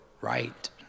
right